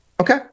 Okay